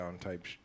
type